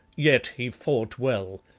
yet he fought well.